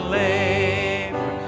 labor